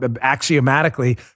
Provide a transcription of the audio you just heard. axiomatically